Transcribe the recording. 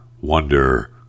wonder